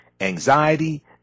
anxiety